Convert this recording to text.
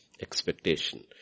Expectation